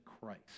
Christ